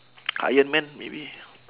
iron man maybe